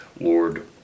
Lord